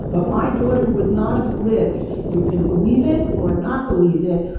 but my daughter would not have lived. you can believe it or not believe it,